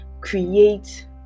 create